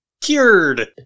Cured